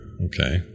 okay